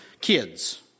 kids